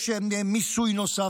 יש מיסוי נוסף,